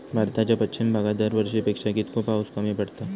भारताच्या पश्चिम भागात दरवर्षी पेक्षा कीतको पाऊस कमी पडता?